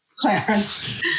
Clarence